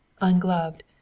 ungloved